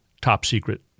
top-secret